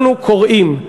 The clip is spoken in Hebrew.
אני מקשיבה.